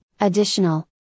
additional